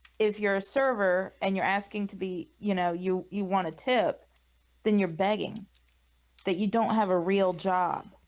if you're a server, and you're asking to be you know you you want a tip then you're begging that you don't have a real job